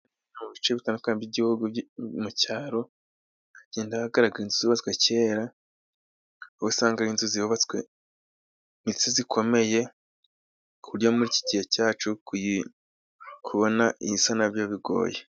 Mu bice bitandukanye by'ibihugu, mu cyaro hagenda ahagaragara izubatswe kera aho usanga ari inzu zubatswe ,inzu zikomeye ku buryo muri iki gihe cyacu, kubona ibisa nabyo bigoye.